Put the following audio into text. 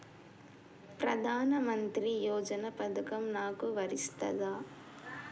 ప్రధానమంత్రి యోజన పథకం నాకు వర్తిస్తదా?